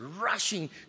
rushing